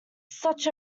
such